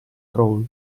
crawl